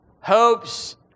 hopes